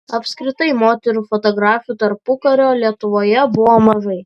apskritai moterų fotografių tarpukario lietuvoje buvo mažai